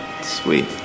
Sweet